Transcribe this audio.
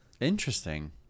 Interesting